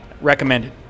Recommended